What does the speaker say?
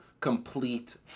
complete